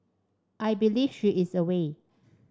I believe she is away